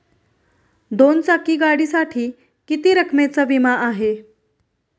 दोन चाकी गाडीसाठी किती रकमेचा विमा आहे?